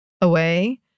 away